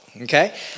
Okay